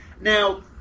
Now